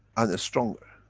and it's stronger.